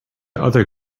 other